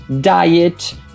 diet